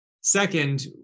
Second